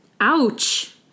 Ouch